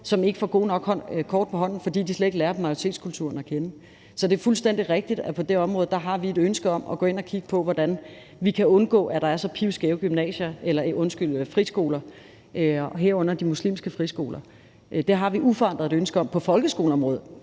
som ikke får gode nok kort på hånden, fordi de slet ikke lærer majoritetskulturen at kende. Så det er fuldstændig rigtigt, at vi på det område har et ønske om at gå ind og kigge på, hvordan vi kan undgå, at der er så pivskæve friskoler, herunder de muslimske friskoler. Det har vi uforandret et ønske om. På folkeskoleområdet